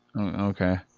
Okay